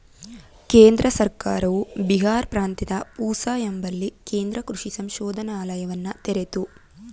ಕೇಂದ್ರ ಸರ್ಕಾರವು ಬಿಹಾರ್ ಪ್ರಾಂತ್ಯದ ಪೂಸಾ ಎಂಬಲ್ಲಿ ಕೇಂದ್ರ ಕೃಷಿ ಸಂಶೋಧನಾಲಯವನ್ನ ತೆರಿತು